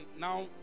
now